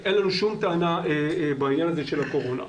אין לנו שום טענה בעניין הקורונה.